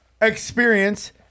experience